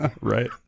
Right